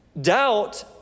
Doubt